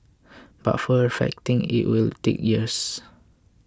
but perfecting it will take years